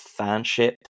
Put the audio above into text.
fanship